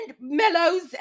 mellows